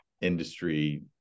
industry